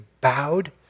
bowed